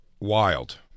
Wild